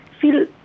feel